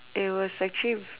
it was actually